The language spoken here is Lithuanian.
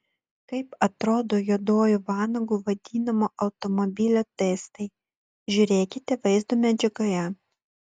kaip atrodo juoduoju vanagu vadinamo automobilio testai žiūrėkite vaizdo medžiagoje